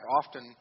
often